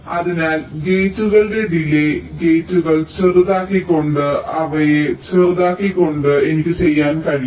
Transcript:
അതിനാൽ ഗേറ്റുകളുടെ ഡിലേയ് ഗേറ്റുകൾ ചെറുതാക്കിക്കൊണ്ട് അവയെ ചെറുതാക്കിക്കൊണ്ട് എനിക്ക് ചെയ്യാൻ കഴിയും